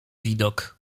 widok